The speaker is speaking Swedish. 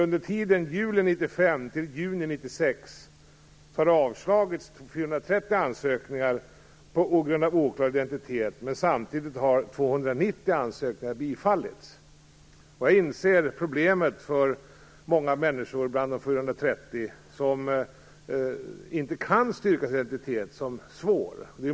Under tiden juli 1995 juni 1996 har 430 ansökningar avslagits på grund av oklar identitet. Samtidigt har 290 ansökningar bifallits. Jag inser problemet för många bland de 430 som inte kan styrka sin identitet. Det är svårt.